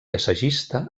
assagista